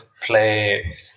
Play